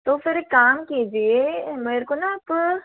तो फिर एक काम कीजिए मेरे को न आप